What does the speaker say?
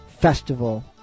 festival